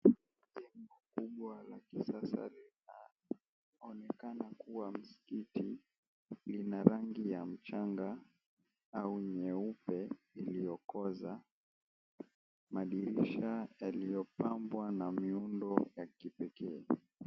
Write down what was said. Jumba kubwa la kisasa linaonekana kuwa msikiti, lina rangi ya mchanga au nyeupe iliyokoza. Madirisha yaliyopambwa na miundo ya kipekee.